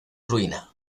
ruina